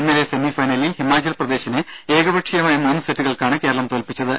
ഇന്നലെ സെമിഫൈനലിൽ ഹിമാചൽ പ്രദേശിനെ ഏകപക്ഷീയമായ മൂന്ന് സെറ്റുകൾക്കാണ് കേരളം തോൽപ്പിച്ചത്